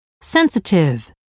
Sensitive